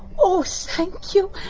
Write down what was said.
oh, so thank you.